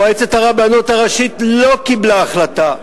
מועצת הרבנות הראשית לא קיבלה החלטה.